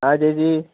ആ ചേച്ചി